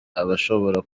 abashobora